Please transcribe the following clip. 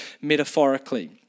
metaphorically